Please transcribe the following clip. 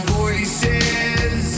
voices